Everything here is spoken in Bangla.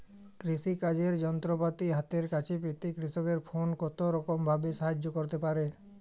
কৃষিকাজের যন্ত্রপাতি হাতের কাছে পেতে কৃষকের ফোন কত রকম ভাবে সাহায্য করতে পারে?